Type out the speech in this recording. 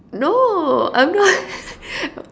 no I'm not